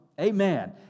Amen